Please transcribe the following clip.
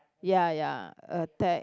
ya ya a tag